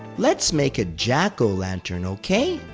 let's make a jack o' lantern, ok?